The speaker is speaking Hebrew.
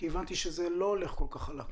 הבנתי שזה לא הולך כל כך חלק.